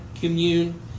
commune